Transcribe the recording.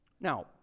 Now